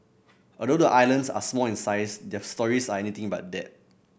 although the islands are small in size their stories are anything but that